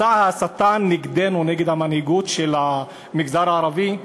מסע ההסתה נגדנו, נגד המנהיגות של הציבור הערבי,